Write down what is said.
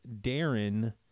Darren